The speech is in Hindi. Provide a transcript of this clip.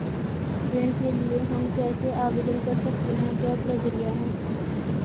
ऋण के लिए हम कैसे आवेदन कर सकते हैं क्या प्रक्रिया है?